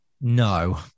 No